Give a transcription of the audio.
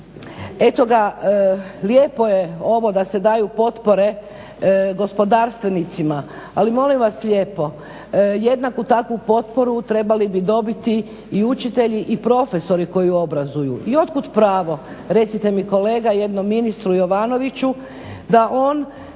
eto ga, lijepo je ovo da se daju potpore gospodarstvenicima, ali molim vas lijepo, jednaku takvu potporu trebali bi dobiti i učitelji i profesori koji obrazuju. I od kud pravo, recite mi kolega, jednom ministru Jovanoviću da on